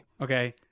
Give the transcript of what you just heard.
okay